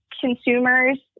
consumers